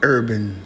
Urban